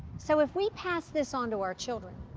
so if we pass this on to our children,